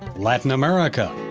latin america,